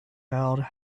held